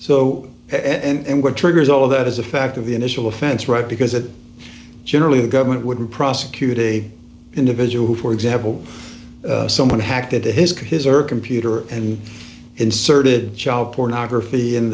so and what triggers all of that is the fact of the initial offense right because it generally the government wouldn't prosecute a individual who for example someone hacked into his car his or her computer and inserted child pornography in